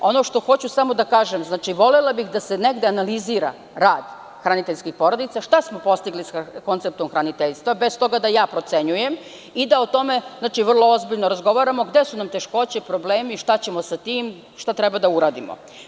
Ono što hoću da kažem, volela bih da se negde analizira rad hraniteljskih porodica, šta smo postigli konceptom hraniteljstva, bez toga da ja procenjujem i da o tome vrlo ozbiljno razgovaramo, gde su nam teškoće, problemi, šta ćemo sa time, šta treba da uradimo.